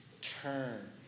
Turn